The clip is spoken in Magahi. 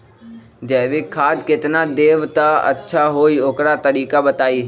जैविक खाद केतना देब त अच्छा होइ ओकर तरीका बताई?